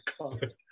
god